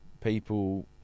people